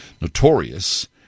notorious